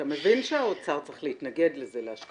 אתה מבין שהאוצר צריך להתנגד לזה,